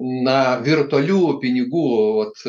na virtualių pinigų vat